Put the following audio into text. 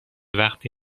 وقتی